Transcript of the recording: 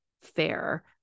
fair